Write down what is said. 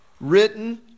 written